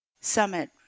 summit